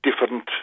different